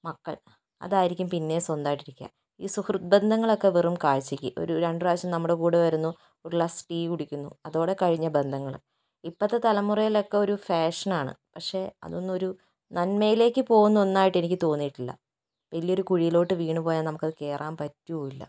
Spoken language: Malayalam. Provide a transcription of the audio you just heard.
മക്കൾ അതായിരിക്കും പിന്നെ സ്വന്തമായിട്ടിരിക്കുക ഈ സുഹൃത്ബന്ധങ്ങളൊക്കെ വെറും കാഴ്ചക്ക് രണ്ടു പ്രാവശ്യം നമ്മുടെ കൂടെ വരുന്നു ഒരു ഗ്ലാസ് ടീ കുടിക്കുന്നു അതോടെ കഴിഞ്ഞ ബന്ധങ്ങളാണ് ഇപ്പോഴത്തെ തലമുറയിലൊക്കെ ഒരു ഫാഷനാണ് പക്ഷെ അതൊന്നും ഒരു നന്മയിലേക്ക് പോകുന്ന ഒന്നായിട്ട് എനിക്ക് തോന്നിയിട്ടില്ല വലിയൊരു കുഴിയിലോട്ട് വീണുപോയാൽ നമുക്കത് കേറാൻ പറ്റൂല്ല